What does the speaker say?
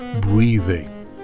breathing